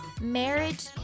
Marriage